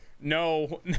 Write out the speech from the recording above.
no